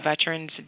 veterans